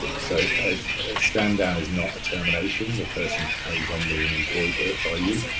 so stand down is not a termination. the person carries on being employed by by you.